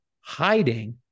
hiding